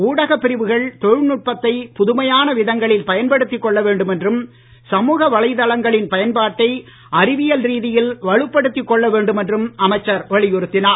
ஊடகப் பிரிவுகள் தொழில்நுட்பத்தை புதுமையான விதங்களில் பயன்படுத்தி கொள்ள வேண்டும் என்றும் சமூக வலைதளங்களின் பயன்பாட்டை அறிவியல் ரீதியில் வலுப்படுத்தி கொள்ள வேண்டும் என அமைச்சர் வலியுறுத்தினார்